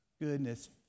Goodness